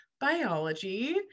biology